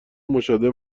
مشاهده